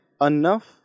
enough